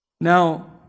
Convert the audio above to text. Now